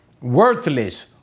worthless